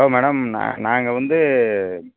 hello madam நா நாங்கள் வந்து